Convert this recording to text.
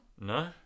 No